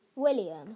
William